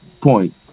point